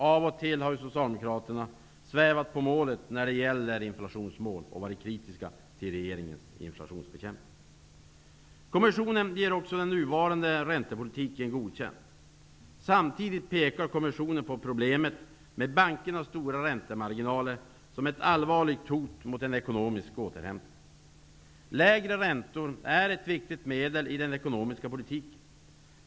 Av och till har ju Socialdemokraterna svävat på målet när det gäller inflationsmål och de har varit kritiska till regeringens inflationsbekämpning. Kommissionen ger också den nuvarande räntepolitiken godkänt. Samtidigt pekar kommissionen på problemet med bankernas stora räntemarginaler som ett allvarligt hot mot en ekonomisk återhämtning. Lägre räntor är ett viktigt medel i den ekonomiska politiken.